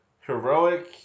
heroic